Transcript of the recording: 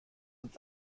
uns